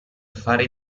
fare